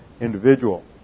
individual